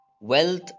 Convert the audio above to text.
Wealth